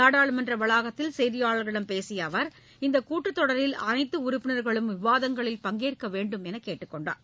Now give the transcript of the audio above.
நாடாளுமன்ற வளாகத்தில் செய்தியாளர்களிடம் பேசிய அவர் இந்த கூட்டத் தொடரில் அனைத்து உறுப்பினர்களும் விவாதங்களில் பங்கேற்க வேண்டுமென்றும் கேட்டுக் கொண்டார்